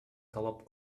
талап